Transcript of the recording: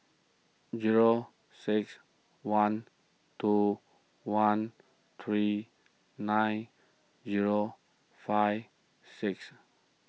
zero six one two one three nine zero five six